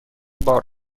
بار